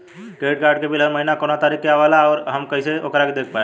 Credit card के bill हर महीना कौना तारीक के आवेला और आउर हम कइसे ओकरा के देख पाएम?